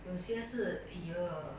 有些是 !eeyer!